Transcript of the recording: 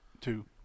two